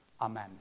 Amen